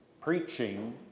preaching